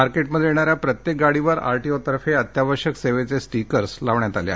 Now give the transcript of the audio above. मार्केटमध्ये येणाऱ्या प्रत्येक गाडीवर आरटीओतर्फे अत्यावश्यक सेवेचे स्टिकर लावण्यात आले आहेत